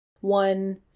one